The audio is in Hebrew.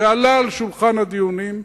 זה עלה על שולחן הדיונים,